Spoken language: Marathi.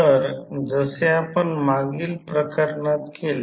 तर जसे आपण मागील प्रकरणात केले